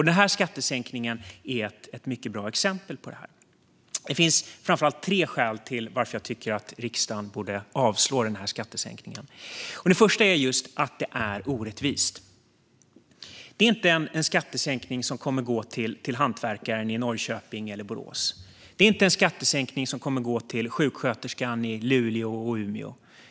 Den här skattesänkningen är ett mycket bra exempel. Det finns framför allt tre skäl till att jag tycker att riksdagen borde avslå förslaget om den här skattesänkningen. Det första skälet är att det är orättvist. Det är inte en skattesänkning som kommer att gå till hantverkaren i Norrköping eller Borås. Det är inte en skattesänkning som kommer att gå till sjuksköterskan i Luleå eller Umeå.